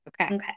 okay